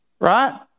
right